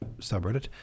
subreddit